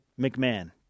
McMahon